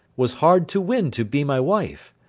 was hard to win to be my wife.